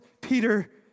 Peter